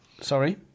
Sorry